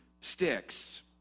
sticks